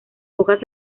hojas